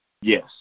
yes